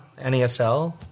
NESL